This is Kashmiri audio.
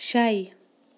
شَے